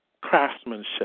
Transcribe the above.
craftsmanship